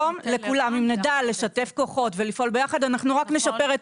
אם נדע לשתף כוחות ולפעול ביחד אנחנו רק נשפר את